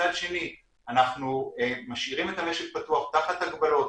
ומצד שני אנחנו משאירים את המשק פתוח תחת הגבלות,